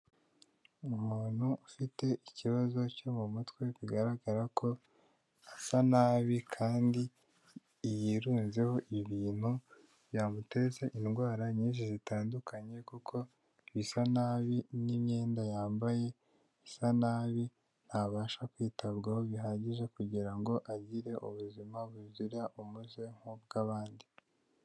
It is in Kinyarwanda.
Umuntu ufite ikibazo cyo mu mutwe bigaragara ko asa nabi kandi yirunzeho ibintu byamuteza indwara nyinshi zitandukanye kuko bisa nabi n'imyenda yambaye isa nabi, ntabasha kwitabwaho bihagije kugira ngo agire ubuzima buzira umuze nk'ubw'abandi.